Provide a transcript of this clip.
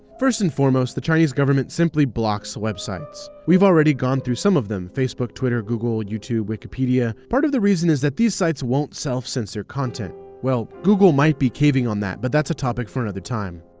first and foremost, the chinese government simply blocks websites. we've already gone through some of them facebook, twitter, google, youtube, wikipedia. part of the reason is that these sites won't self-censor content. well, google might be caving on that, but that's a topic for another time.